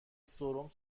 سرم